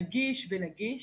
רגיש ונגיש.